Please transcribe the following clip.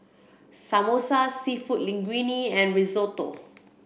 Samosa Seafood Linguine and Risotto